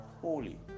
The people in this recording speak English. holy